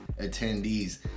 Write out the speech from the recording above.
attendees